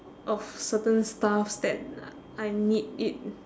of certain stuffs that I need it